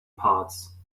parts